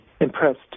impressed